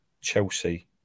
Chelsea